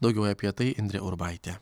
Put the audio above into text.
daugiau apie tai indrė urbaitė